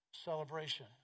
celebration